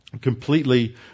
completely